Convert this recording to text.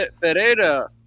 Ferreira